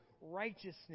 righteousness